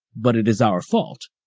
but it is our fault,